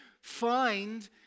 Find